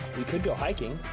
we could go hiking.